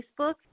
facebook